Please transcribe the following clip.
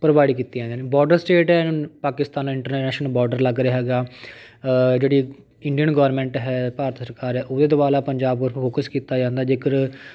provide ਕੀਤੀਆਂ ਹੈ border state ਹੈ ਨ ਪਾਕਿਸਤਾਨ ਇੰਟਰਨੈਸ਼ਨਲ ਬੌਰਡਰ ਲੱਗ ਰਿਹਾ ਹੈਗਾ ਜਿਹੜੀ ਇੰਡੀਅਨ ਗੌਰਮੈਂਟ ਹੈ ਭਾਰਤ ਸਰਕਾਰ ਹੈ ਉਹਦੇ ਦੁਆਰਾ ਪੰਜਾਬ ਪਰ ਫੋਕਸ ਕੀਤਾ ਜਾਂਦਾ ਜੇਕਰ